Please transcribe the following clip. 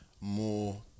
more